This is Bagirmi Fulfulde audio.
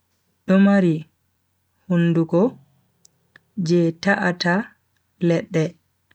Do mari hunduku je ta'ata ledde.